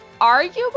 arguably